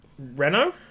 Renault